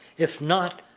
if not,